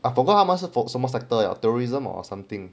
I forgot 他们什么 sector or tourism or or something